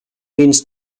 means